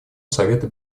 совета